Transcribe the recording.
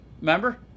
Remember